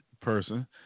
person